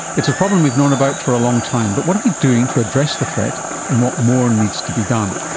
it's a problem we've known about for a long time but what are we doing to address the threat and what more needs to be done?